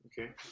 okay